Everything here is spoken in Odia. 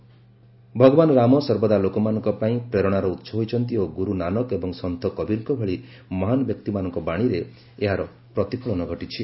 ଶ୍ରୀ ମୋଦୀ କହିଛନ୍ତି ଭଗବାନ ରାମ ସର୍ବଦା ଲୋକମାନଙ୍କ ପାଇଁ ପ୍ରେରଣାର ଉସ ହୋଇଛନ୍ତି ଓ ଗୁରୁ ନାନକ ଏବଂ ସନ୍ଥ କବୀରଙ୍କ ଭଳି ମହାନ ବ୍ୟକ୍ତିମାନଙ୍କ ବାଣୀରେ ଏହାର ପ୍ରତିଫଳନ ଘଟିଛି